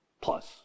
plus